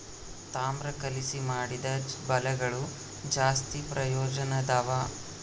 ತಾಮ್ರ ಕಲಿಸಿ ಮಾಡಿದ ಬಲೆಗಳು ಜಾಸ್ತಿ ಪ್ರಯೋಜನದವ